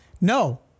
No